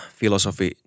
filosofi